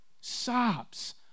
sobs